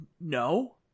no